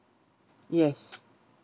yes